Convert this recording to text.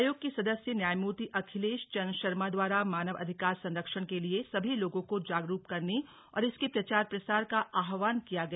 आयोग के सदस्य न्यायमूर्ति अखिलेश चन्द्र शर्मा द्वारा मानव अधिकार संरक्षण के लिए सभी लोगों को जागरूक करने और इसके प्रचार प्रसार का आवाहन किया गया